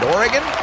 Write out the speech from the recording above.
Oregon